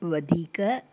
वधीक